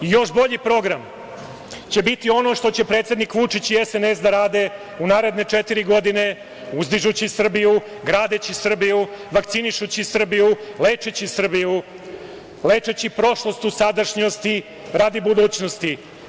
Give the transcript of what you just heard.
Još bolji program će biti ono što će predsednik Vučić i SNS da rade u naredne četiri godine, uzdižući Srbiju, gradeći Srbiju, vakcinišući Srbiju, lečeći Srbiju, lečeći prošlost u sadašnjosti radi budućnosti.